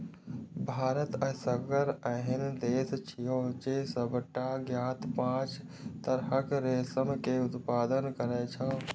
भारत एसगर एहन देश छियै, जे सबटा ज्ञात पांच तरहक रेशम के उत्पादन करै छै